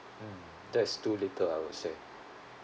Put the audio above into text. mm that is too little I would say